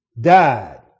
died